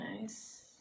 nice